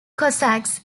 cossacks